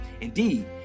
Indeed